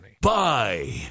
Bye